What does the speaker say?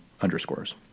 underscores